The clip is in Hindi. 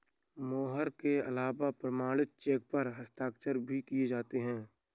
मोहर के अलावा प्रमाणिक चेक पर हस्ताक्षर भी किये जाते हैं